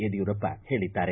ಯಡಿಯೂರಪ್ಪ ಹೇಳಿದ್ದಾರೆ